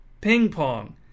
Ping-pong